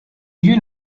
you